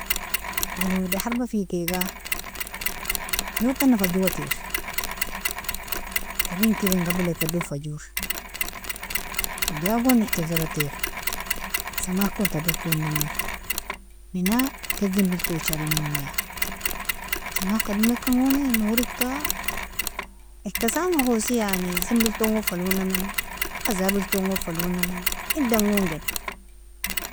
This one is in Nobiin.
Ilon wada harbafikiga, nogtani fajowatir tarin kerngabila tado fajowr joagon iatazaratir samahkon tadaton domer mina ken zanbil tojarinmonia, samahka domkingoni nor ika samahosi yani zanbilton gon falonamin azabilton gon falonamin idangon gina.